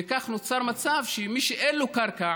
וכך נוצר מצב שמי שאין לו קרקע